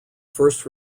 first